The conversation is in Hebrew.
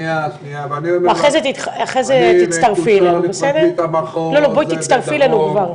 אני מקושר לפרקליט המחוז בדרום,